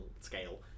scale